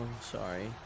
sorry